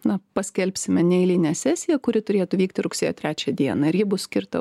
na paskelbsime neeilinę sesiją kuri turėtų vykti rugsėjo trečią dieną ir ji bus skirta